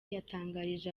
yatangarije